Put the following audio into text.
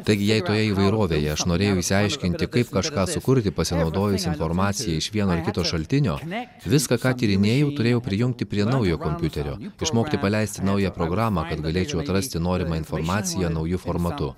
taigi jei toje įvairovėje aš norėjau išsiaiškinti kaip kažką sukurti pasinaudojus informacija iš vieno ar kito šaltinio viską ką tyrinėjau turėjau prijungti prie naujo kompiuterio išmokti paleisti naują programą kad galėčiau atrasti norimą informaciją nauju formatu